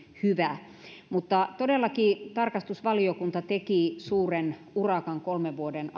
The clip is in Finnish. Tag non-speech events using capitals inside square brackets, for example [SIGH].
hyvä todellakin tarkastusvaliokunta teki suuren urakan kolmen vuoden [UNINTELLIGIBLE]